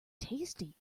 tasty